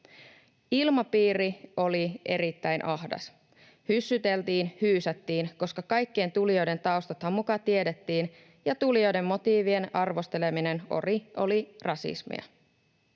Ilmapiiri oli erittäin ahdas. Hyssyteltiin, hyysättiin, koska kaikkien tulijoiden taustathan muka tiedettiin ja tulijoiden motiivien arvosteleminen oli rasismia